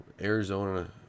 Arizona